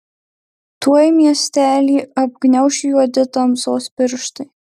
tuoj miestelį apgniauš juodi tamsos pirštai